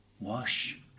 Wash